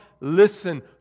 listen